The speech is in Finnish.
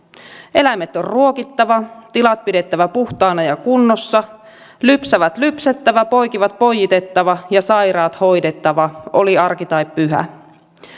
eläimet on ruokittava tilat pidettävä puhtaina ja kunnossa lypsävät lypsettävä poikivat poiitettava ja sairaat hoidettava oli arki tai pyhä